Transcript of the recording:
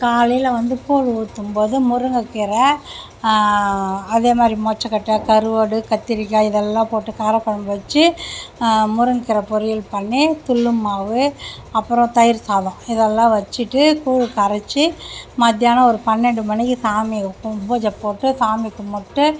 காலையில் வந்து கூழ் ஊற்றும்போது முருங்கக்கீரை அதே மாதிரி மொச்சக்கொட்டை கருவாடு கத்திரிக்காய் இதெல்லாம் போட்டு கார குழம்பு வச்சு முருங்கக்கீரை பொரியல் பண்ணி தில்லு மாவு அப்பறம் தயிர் சாதம் இதெல்லாம் வச்சுட்டு கூழ் கரைச்சி மத்தியானம் ஒரு பன்ரெண்டு மணிக்கு சாமி பூஜை போட்டு சாமி கும்பிட்டு